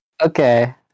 Okay